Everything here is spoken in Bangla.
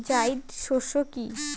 জায়িদ শস্য কি?